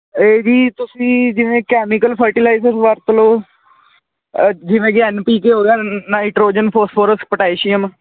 ਇਹ ਜੀ ਤੁਸੀਂ ਜਿਵੇਂ ਕੈਮੀਕਲ ਫਰਟੀਲਾਈਜ਼ਰ ਵਰਤ ਲਓ ਜਿਵੇਂ ਕਿ ਐੱਨ ਪੀ ਕੇ ਹੋ ਗਿਆ ਨਾਈਟ੍ਰੋਜਨ ਫੋਸਫੋਰਸ ਪੋਟਾਸ਼ੀਅਮ